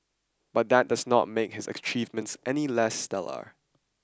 but that does not make his achievements any less stellar